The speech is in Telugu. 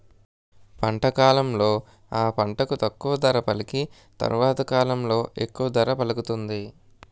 పంట కాలంలో ఆ పంటకు తక్కువ ధర పలికి తరవాత కాలంలో ఎక్కువ ధర పలుకుతుంది